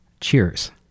cheers